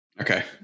Okay